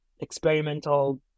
experimental